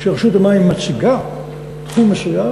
כשרשות המים מציגה תחום מסוים,